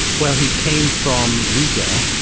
well he came from riga,